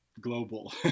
global